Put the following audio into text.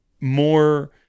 more